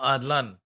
Adlan